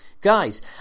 guys